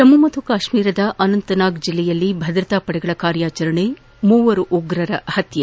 ಜಮ್ಮು ಕಾಶ್ಮೀರದ ಅನಂತನಾಗ್ ಜಿಲ್ಲೆಯಲ್ಲಿ ಭದ್ರತಾ ಪಡೆಗಳ ಕಾರ್ಯಾಚರಣೆ ಮೂವರು ಉಗ್ರರ ಹತ್ಯೆ